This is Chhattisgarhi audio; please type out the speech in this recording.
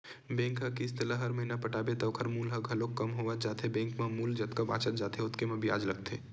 बेंक के किस्त ल हर महिना पटाबे त ओखर मूल ह घलोक कम होवत जाथे बेंक म मूल जतका बाचत जाथे ओतके म बियाज लगथे